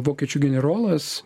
vokiečių generolas